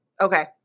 Okay